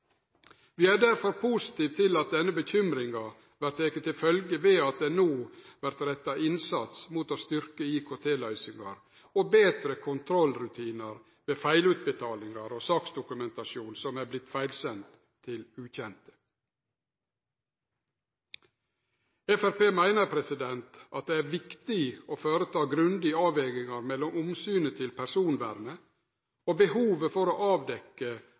Vi er derfor positive til at denne bekymringa vert teken til følgje ved at det no vert retta innsats mot å styrkje IKT-løysingar og betre kontrollrutinar ved feilutbetalingar og saksdokumentasjon som har vorte feilsende til ukjende. Framstegspartiet meiner at det er viktig å gjere grundige avvegingar mellom omsynet til personvernet og behovet for å